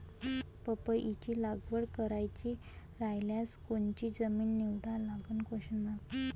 पपईची लागवड करायची रायल्यास कोनची जमीन निवडा लागन?